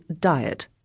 diet